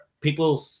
People